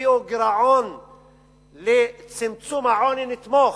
תביאו גירעון לצמצום העוני, נתמוך.